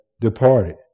departed